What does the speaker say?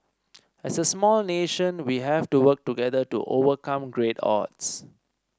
as a small nation we have to work together to overcome great odds